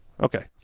Okay